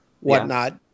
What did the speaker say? whatnot